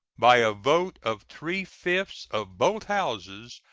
by a vote of three-fifths of both houses,